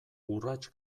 urrats